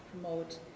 promote